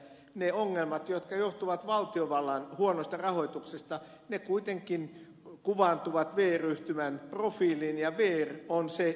ne ongelmat jotka johtuvat valtiovallan huonosta rahoituksesta kuitenkin kuvaantuvat vr yhtymän profiiliin ja vr on se jota syytetään